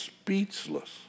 speechless